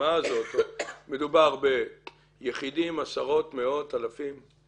מדובר על יחידים, מאות, או אלפים?